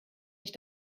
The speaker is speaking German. ich